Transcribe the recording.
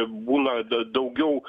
būna da daugiau